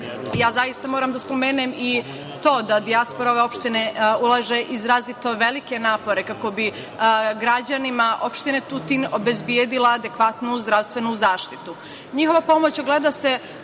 rešenjem. Zaista moram da spomenem i to, da dijaspora ove opštine ulaže izrazito velike napore kako bi građanima opštine Tutin obezbedila adekvatnu zdravstvenu zaštitu. Njihova pomoć ogleda se